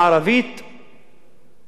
ובוודאי בירושלים המזרחית.